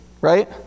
right